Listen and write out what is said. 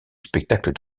spectacle